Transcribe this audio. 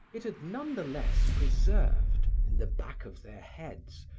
it had none the less preserved, in the back of their heads,